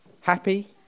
Happy